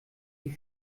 die